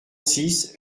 six